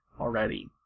already